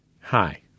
Hi